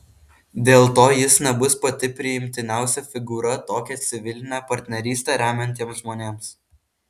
dėl to jis nebus pati priimtiniausia figūra tokią civilinę partnerystę remiantiems žmonėms